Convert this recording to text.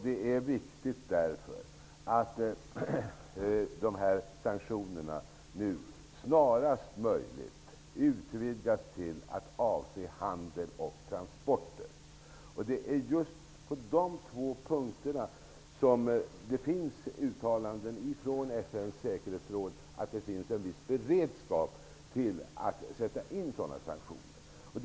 Det är därför viktigt att sanktionerna snarast möjligt utvidgas till att avse handel och transporter. Just på dessa två punkter har FN:s säkerhetsråd uttalat att det finns en viss beredskap för att sätta in sanktioner.